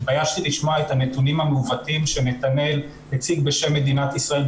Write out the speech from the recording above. התביישתי לשמוע את הנתונים המעוותים שנתנאל הציג בשם מדינת ישראל,